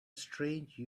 strange